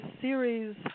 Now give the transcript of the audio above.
series